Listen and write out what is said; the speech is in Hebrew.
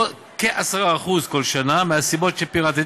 זה כ-10% כל שנה, מהסיבות שפירטתי.